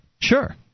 Sure